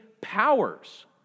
powers